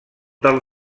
del